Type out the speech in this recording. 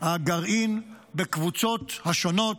הגרעין בקבוצות השונות: